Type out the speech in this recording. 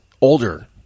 older